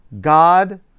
God